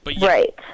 right